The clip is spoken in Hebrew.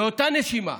שבאותה נשימה